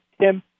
Tim